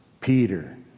Peter